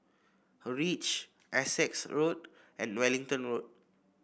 reach Essex Road and Wellington Road